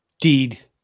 deed